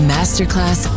Masterclass